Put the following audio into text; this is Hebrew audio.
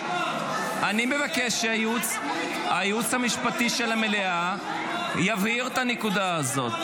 אני מבקש שהייעוץ המשפטי של המליאה יבהיר את הנקודה הזאת,